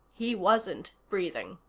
he wasn't breathing.